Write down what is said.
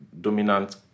dominant